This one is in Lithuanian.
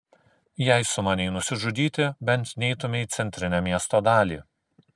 jei sumanei nusižudyti bent neitumei į centrinę miesto dalį